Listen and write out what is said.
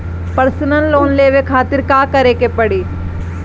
Personal loan लेवे खातिर का करे के पड़ी?